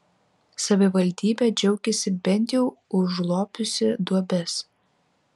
savivaldybė džiaugiasi bent jau užlopiusi duobes